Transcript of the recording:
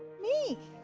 me!